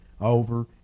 over